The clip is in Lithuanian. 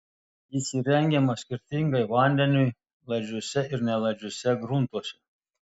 jis įrengiamas skirtingai vandeniui laidžiuose ir nelaidžiuose gruntuose